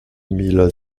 mille